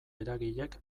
eragilek